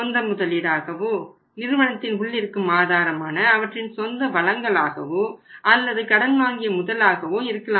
சொந்த முதலீடாகவோ நிறுவனத்தின் உள்ளிருக்கும் ஆதாரமான அவற்றின் சொந்த வளங்களாகவோ அல்லது கடன் வாங்கிய முதலாகவோ இருக்கலாம்